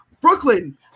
brooklyn